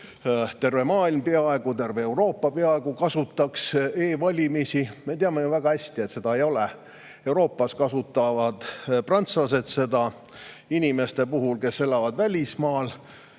terve maailm, peaaegu terve Euroopa kasutaks e‑valimisi. Me teame ju väga hästi, et seda ei ole. Euroopas kasutavad prantslased seda inimeste puhul, kes elavad välismaal.